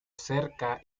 cerca